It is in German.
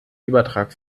übertrag